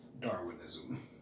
Darwinism